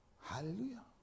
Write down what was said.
Hallelujah